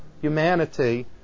humanity